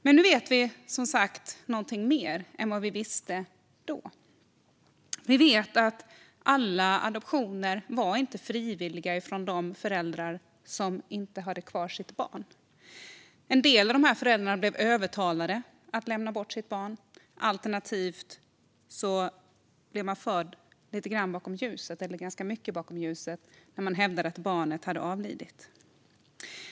Men nu vet vi som sagt mer än vad vi visste då. Vi vet att alla adoptioner inte var frivilliga. En del av de här föräldrarna blev övertalade att lämna bort sitt barn. Ibland blev de förda bakom ljuset när man hävdade att barnet hade avlidit.